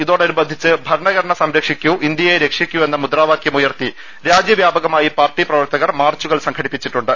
ഇതോടനുബന്ധിച്ച് ഭരണഘടന സംരക്ഷിക്കൂ ഇന്ത്യയെ രക്ഷിക്കൂ എന്നു മുദ്രാവാക്യമുയർത്തി രാജ്യവ്യാപകമായി പാർട്ടി പ്രവർത്തകർ മാർച്ചുകൾ സംഘടിപ്പിച്ചിട്ടുണ്ട്